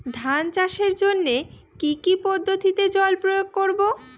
ধান চাষের জন্যে কি কী পদ্ধতিতে জল প্রয়োগ করব?